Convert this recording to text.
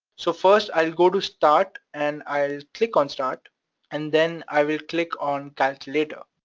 so first, i'll go to start and i'll click on start and then i will click on calculator.